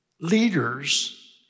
Leaders